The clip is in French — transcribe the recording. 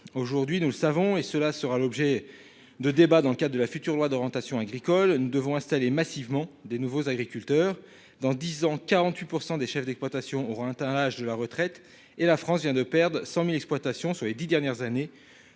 Aujourd'hui, nous le savons et cela sera l'objet de débats dans le cas de la future loi d'orientation agricole ne devons installer massivement des nouveaux agriculteurs dans 10 ans, 48% des chefs d'exploitation auront un âge de la retraite et la France vient de perdre 100.000 exploitations sur les 10 dernières années,